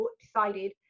decided